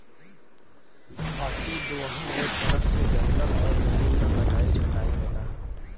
अति दोहन एक तरह से जंगल और जमीन क कटाई छटाई होला